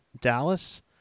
Dallas